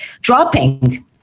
dropping